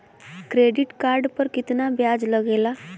Credit card पर कितना ब्याज लगेला?